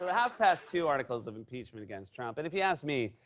house passed two articles of impeachment against trump. and if you ask me,